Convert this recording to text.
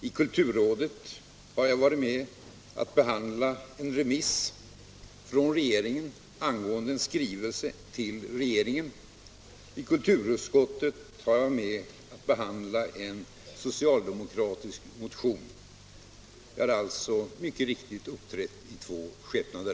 I kulturrådet har jag varit med om att behandla en remiss från regeringen angående en skrivelse till regeringen, och i kulturutskottet har jag varit med om att behandla en socialdemokratisk motion. Jag har alltså mycket riktigt uppträtt i två skepnader.